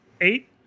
Eight